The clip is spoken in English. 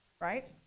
right